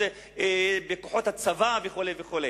בכוחות הצבא וכו' וכו'.